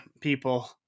people